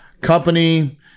company